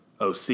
OC